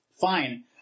fine